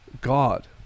God